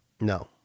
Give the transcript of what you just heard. No